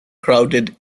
crowded